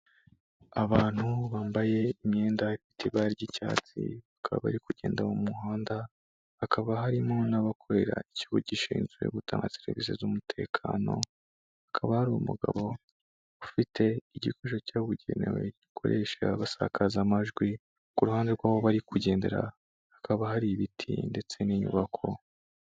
Abantu bambaye imyenda ifite ibara ry'icyatsi bakaba bari kugenda mu muhanda hakaba harimo n'abakorera ikigo gishinzwe gutanga serivisi z'umutekano hakaba ari umugabo ufite igikoresho cyabugenewe gikoresha basakaza amajwi ku ruhande rw'aho bari kugendera hakaba hari ibiti ndetse n'inyubako.